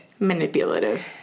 Manipulative